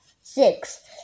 six